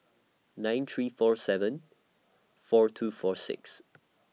nine three four seven four two four six